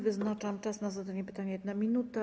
Wyznaczam czas na zadanie pytania - 1 minuta.